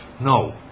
No